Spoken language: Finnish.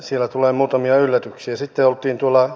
siellä tulee muutamia yllätyksiä